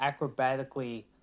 acrobatically